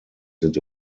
sind